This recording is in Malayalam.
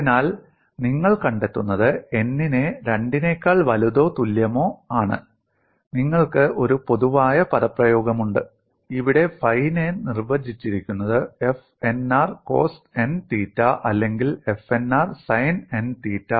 അതിനാൽ നിങ്ങൾ കണ്ടെത്തുന്നത് n നെ 2 നെക്കാൾ വലുതോ തുല്യമോ ആണ് നിങ്ങൾക്ക് ഒരു പൊതുവായ പദപ്രയോഗമുണ്ട് ഇവിടെ ഫൈ നെ നിർവചിച്ചിരിക്കുന്നത് f n r cos n theta അല്ലെങ്കിൽ f n r sine n തീറ്റ